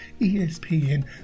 ESPN